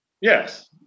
Yes